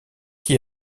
qui